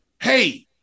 Hey